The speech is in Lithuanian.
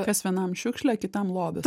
kas vienam šiukšlė kitam lobis